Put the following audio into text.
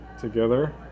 together